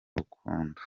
rukundo